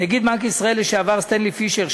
נגיד בנק ישראל לשעבר סטנלי פישר,